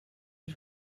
had